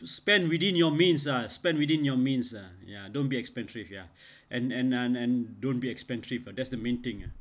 spend within your means ah spend within your means ah ya don't be expensive ya and and and don't be expensive that's the main thing ah